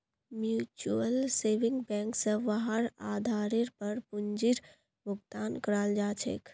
mutual saving bank स वहार आधारेर पर पूंजीर भुगतान कराल जा छेक